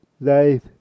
Life